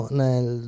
nel